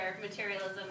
materialism